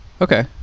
Okay